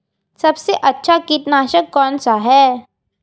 सबसे अच्छा कीटनाशक कौनसा है?